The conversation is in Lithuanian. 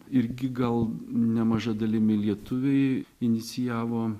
irgi gal nemaža dalimi lietuviai inicijavo